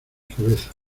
cabeza